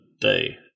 Day